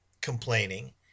complaining